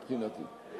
מבחינתי,